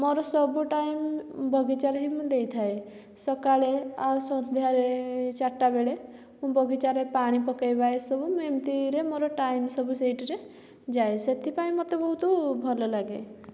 ମୋର ସବୁ ଟାଇମ୍ ବଗିଚାରେ ହିଁ ମୁଁ ଦେଇଥାଏ ସକାଳେ ଆଉ ସନ୍ଧ୍ୟାରେ ଏହି ଚାରିଟା ବେଳେ ମୁଁ ବଗିଚାରେ ପାଣି ପକାଇବା ଏସବୁ ମୁଁ ଏମିତିରେ ମୋର ଟାଇମ୍ ସବୁ ସେଥିରେ ଯାଏ ସେଥିପାଇଁ ମୋତେ ବହୁତ ଭଲ ଲାଗେ